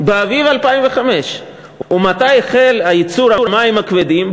באביב 2005. ומתי החל ייצור המים הכבדים?